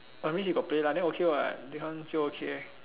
oh means you got play lah then okay what this one still okay